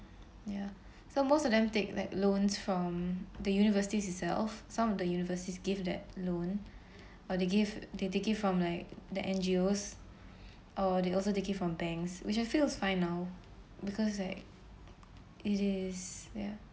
ya so most of them take like loans from the universities itself some of the universities give that loan or they give they take it from like the N_G_Os or they also taking from banks which I feel is fine now because like it is ya